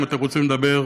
אם אתם רוצים לדבר,